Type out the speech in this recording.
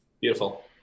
Beautiful